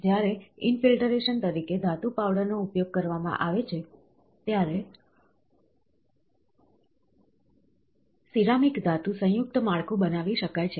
જ્યારે ઈનફિલ્ટરેશન તરીકે ધાતુ પાવડરનો ઉપયોગ કરવામાં આવે છે ત્યારે સિરામિક ધાતુ સંયુક્ત માળખું બનાવી શકાય છે